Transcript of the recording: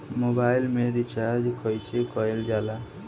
Mobile में recharge कइसे करल जाला?